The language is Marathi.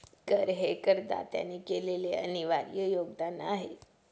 कर हे करदात्याने केलेले अनिर्वाय योगदान आहे